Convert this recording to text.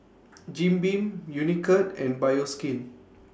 Jim Beam Unicurd and Bioskin